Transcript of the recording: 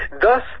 Thus